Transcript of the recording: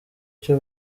cya